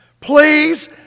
Please